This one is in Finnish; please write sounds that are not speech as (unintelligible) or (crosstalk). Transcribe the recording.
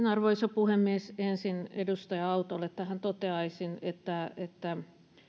(unintelligible) arvoisa puhemies ensin edustaja autolle toteaisin että että